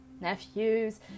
nephews